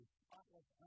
spotless